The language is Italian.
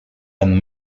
and